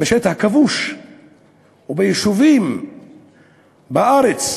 ויישובים בארץ,